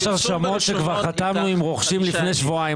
יש הרשמות שכבר חתמנו עם רוכשים לפני שבועיים,